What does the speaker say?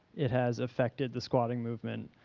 it has affected the squatting movement,